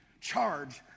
charge